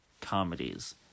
comedies